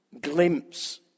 glimpse